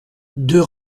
deux